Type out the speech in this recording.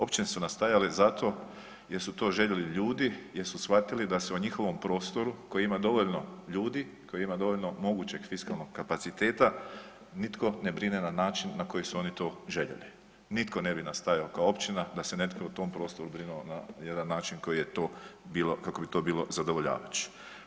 Općine su nastajale zato jer su to željeli ljudi jer su shvatili da se u njihovom prostoru koji ima dovoljno ljudi koje ima dovoljno mogućeg fiskalnog kapaciteta nitko ne brine na način na koji su oni to željeli, nitko ne bi nastajao kao općina da se netko u tom prostoru brinuo na jedan način kako bi to bilo zadovoljavajuće.